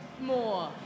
more